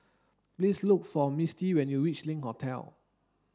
please look for Misti when you reach Link Hotel